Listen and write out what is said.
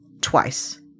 twice